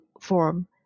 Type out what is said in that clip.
form